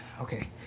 Okay